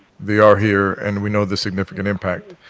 they are here and we know the significant impact.